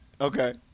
Okay